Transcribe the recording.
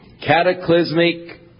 cataclysmic